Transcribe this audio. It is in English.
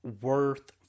worth